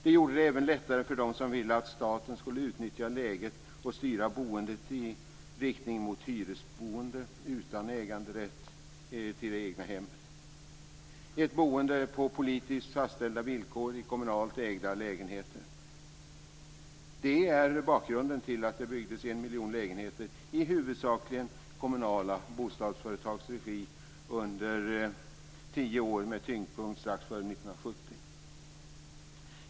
Det gjorde det även lättare för dem som ville att staten skulle utnyttja läget och styra boendet i riktning mot hyresboende utan rätt att äga det egna hemmet. Det är ett boende på politiskt fastställda villkor i kommunalt ägda lägenheter. Det är bakgrunden till att det byggdes en miljon lägenheter i huvudsakligen i kommunala bostadsföretags regi under tio år med tyngdpunkten strax före 1970.